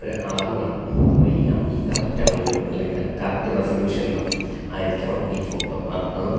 ഒരു അളവ് കാണും ഈ ഈ കറക്റ്റ് അളവിന് അല്ലെങ്കിൽ കറക്റ്റ് റെസല്യൂഷനിലോ ആയിരിക്കണം ഈ ഫോട്ടോ അതാണ്